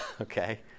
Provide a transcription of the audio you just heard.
Okay